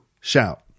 shout